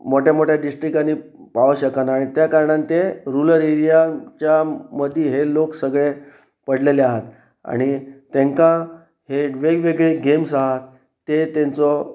मोट्या मोट्या डिस्ट्रीकांनी पावं शकना आनी त्या कारणान ते रुरल एरियच्या मदीं हे लोक सगळे पडलेले आसात आनी तांकां हे वेगवेगळे गेम्स आसात ते तेंचो